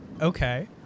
Okay